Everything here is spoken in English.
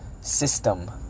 system